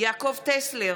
יעקב טסלר,